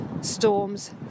storms